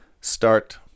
start